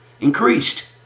increased